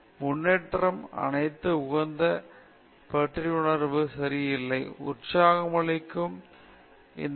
எனவே எனவே முன்னேற்றம் அனைத்து உகந்த பற்றிவெறுப்புணர்வு சரியில்லை உற்சாகமளிக்கும் மகிழ்ச்சி மற்றும் இந்த மனக்குறைக்கு வழிவகுக்கும்